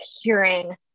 hearing